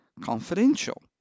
confidential